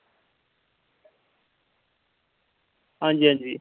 आं जी आं जी